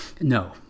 no